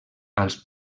als